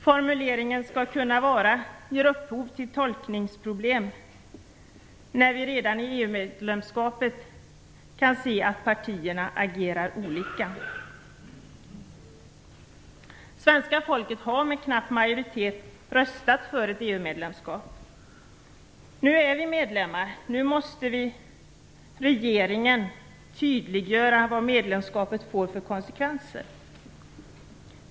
Formuleringen "skall kunna vara" ger upphov till tolkningsproblem när vi redan i och med EU medlemskapet kan se att partierna agerar olika. Svenska folket har med en knapp majoritet röstat för ett EU-medlemskap. Nu är vi medlemmar. Nu måste regeringen tydliggöra vad medlemskapet får för konsekvenser.